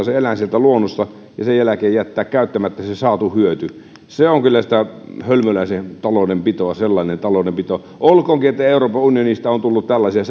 se eläin sieltä luonnosta ja sen jälkeen jättää käyttämättä se saatu hyöty se on kyllä sitä hölmöläisen taloudenpitoa sellainen taloudenpito olkoonkin että euroopan unionista on tullut tällaisia